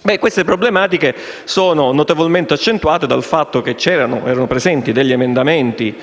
Tali problematiche sono notevolmente accentuate dal fatto che vi erano degli emendamenti,